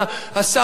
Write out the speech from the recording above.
השר יעלון.